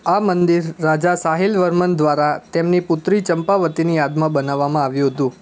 આ મંદિર રાજા સાહિલ વર્મન દ્વારા તેમની પુત્રી ચંપાવતીની યાદમાં બનાવવામાં આવ્યું હતું